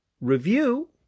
review